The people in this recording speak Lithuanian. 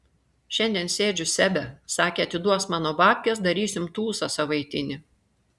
šiandien sėdžiu sebe sakė atiduos mano babkes darysim tūsą savaitinį